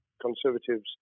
Conservatives